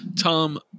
Tom